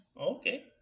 Okay